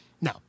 No